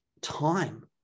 time